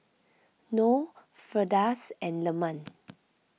Noh Firdaus and Leman